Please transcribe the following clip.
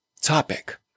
topic